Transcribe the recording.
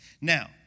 Now